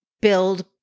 build